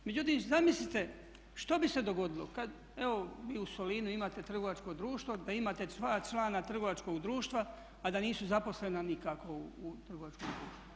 Međutim, zamislite što bi se dogodilo kad evo vi u Solinu imate trgovačko društvo da imate dva člana trgovačkog društva, a da nisu zaposlena nikako u trgovačkom društvu.